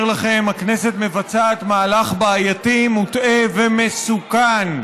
לכם: הכנסת מבצעת מהלך מוטעה ומסוכן.